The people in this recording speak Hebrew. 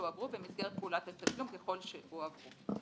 שהועברו במסגרת פעולת התשלום ככל שהועברו".